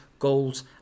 goals